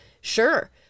Sure